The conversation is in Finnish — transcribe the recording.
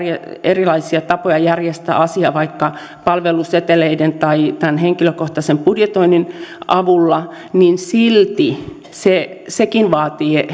erilaisia tapoja järjestää asia vaikka palveluseteleiden tai tämän henkilökohtaisen budjetoinnin avulla niin silti sekin vaatii